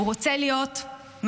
הוא רוצה להיות מפוקס.